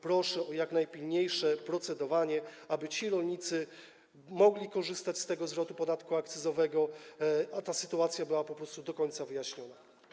Proszę o jak najpilniejsze procedowanie, aby ci rolnicy mogli korzystać z tego zwrotu podatku akcyzowego, a ta sytuacja była po prostu do końca wyjaśniona.